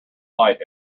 light